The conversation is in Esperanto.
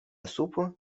supo